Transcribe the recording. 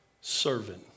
servant